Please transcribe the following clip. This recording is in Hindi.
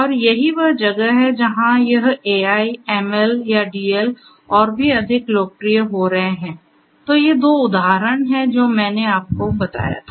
और यही वह जगह है जहाँ यह AI ML या DL और भी अधिक लोकप्रिय हो रहे है तो ये 2 उदाहरण हैं जो मैंने आपको बताया था